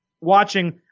watching